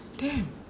damn